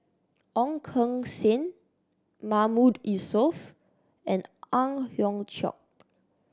Ong Keng Sen Mahmood Yusof and Ang Hiong Chiok